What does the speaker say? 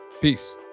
Peace